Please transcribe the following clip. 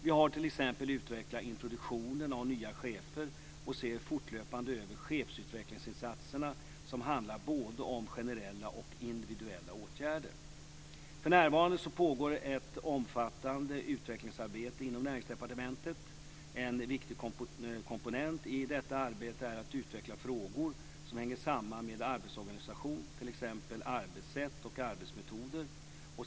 Vi har t.ex. utvecklat introduktionen av nya chefer och ser fortlöpande över chefsutvecklingsinsatserna som handlar både om generella och individuella åtgärder. För närvarande pågår ett omfattande utvecklingsarbete inom Näringsdepartementet. En viktig komponent i detta arbete är att utveckla frågor som hänger samman med arbetsorganisation, t.ex. arbetssätt och arbetsmetoder.